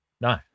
No